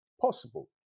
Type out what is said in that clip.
possible